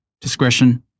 Discretion